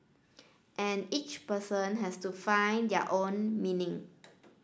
and each person has to find their own meaning